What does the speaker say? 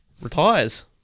Retires